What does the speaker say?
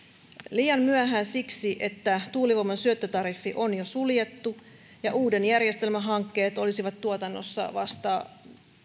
liian myöhään siksi että tuulivoiman syöttötariffi on jo suljettu ja uuden järjestelmän hankkeet olisivat tuotannossa vasta